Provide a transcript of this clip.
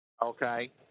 Okay